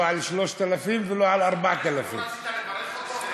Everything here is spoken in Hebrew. על 3000 ולא על 4000. לא רצית לברך אותו?